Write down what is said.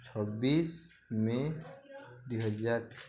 ଛବିଶ ମେ' ଦୁଇହଜାର